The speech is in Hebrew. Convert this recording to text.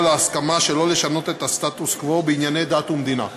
להסכמה שלא לשנות את הסטטוס-קוו בענייני דת ומדינה.